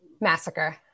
Massacre